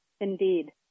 Indeed